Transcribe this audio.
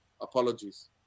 Apologies